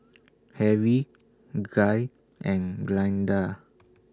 Harry Guy and Glynda